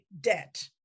debt